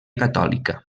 catòlica